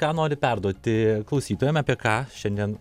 ką nori perduoti klausytojam apie ką šiandien